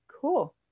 cool